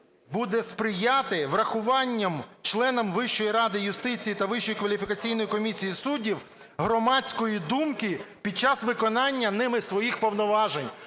буде сприяти врахуванню членами Вищої ради юстиції та Вищої кваліфікаційної комісії суддів громадської думки під час виконання ними своїх повноважень.